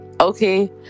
okay